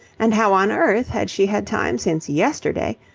and how on earth had she had time since yesterday,